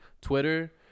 Twitter